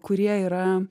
kurie yra